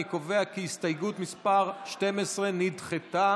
אני קובע כי הסתייגות מס' 12 נדחתה.